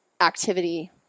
activity